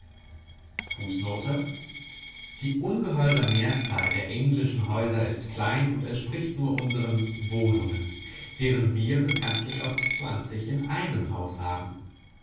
die ungeheure mehrzahl der englischen häuser ist klein und entspricht nur unsern wohnungen deren wir bekanntlich oft zwanzig in einem hause haben